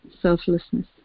selflessness